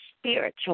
spiritual